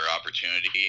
opportunity